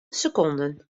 seconden